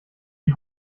die